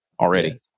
Already